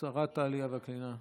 שרת העלייה והקליטה.